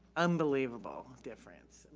unbelievable difference.